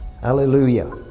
Hallelujah